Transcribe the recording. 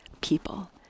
people